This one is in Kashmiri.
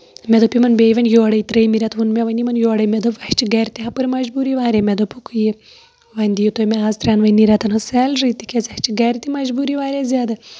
مےٚ دوٚپ یِمن بیٚیہِ وَن یورے ترٛیٚمہِ ریٚتہٕ ووٚن مےٚ یِمن یورے مےٚ دوٚپ اَسہِ چھِ گرِ تہِ ہُپٲرۍ مجبوٗری واریاہ مےٚ دوٚپُکھ یہِ وۄنۍ دِیو تُہۍ مےٚ آز ترینؤنی رٮ۪تَن ہنٛز سیلری تِکیازِ اَسہِ چھِ گرِ تہِ مَجبوٗرِ واریاہ زیادٕ